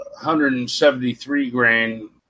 173-grain